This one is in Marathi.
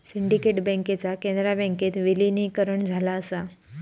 सिंडिकेट बँकेचा कॅनरा बँकेत विलीनीकरण झाला असा